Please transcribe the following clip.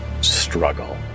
struggle